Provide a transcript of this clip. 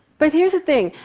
but here's the thing.